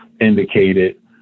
indicated